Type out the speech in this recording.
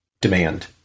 demand